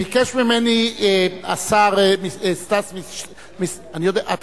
ביקש ממני השר סטס מיסז'ניקוב, לא, אני רשום.